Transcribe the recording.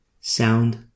Sound